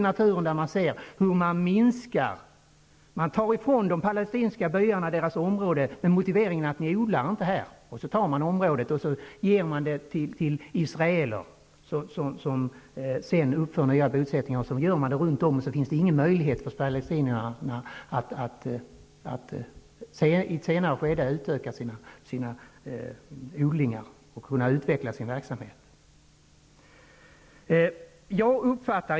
Man tar ifrån de palestinska byarna deras område med motiveringen att de inte odlar där. Denna mark ger man till israeler som sedan uppför nya bosättningar. Man ringar in byarna så att det senare inte finns någon möjlighet för dem att utvidga sina odlingar och utveckla sin verksamhet.